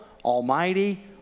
almighty